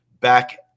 back